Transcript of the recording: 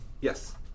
yes